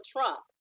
Trump